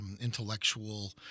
intellectual